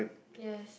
yes